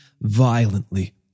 violently